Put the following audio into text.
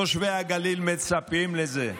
תושבי הגליל מצפים לזה.